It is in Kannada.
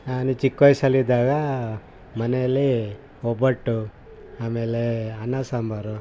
ನಾನು ಚಿಕ್ಕ ವಯಸ್ಸಲ್ಲಿದ್ದಾಗ ಮನೆಯಲ್ಲಿ ಒಬ್ಬಟ್ಟು ಆಮೇಲೆ ಅನ್ನ ಸಾಂಬಾರು